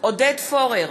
עודד פורר,